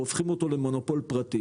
והופכים אותו למונופול פרטי